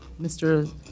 Mr